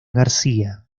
garcía